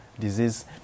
disease